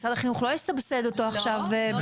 משרד החינוך לא יסבסד אותו עכשיו --- לא,